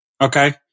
Okay